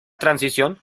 transición